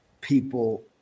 people –